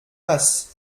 masses